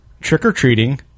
trick-or-treating